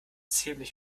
ziemlich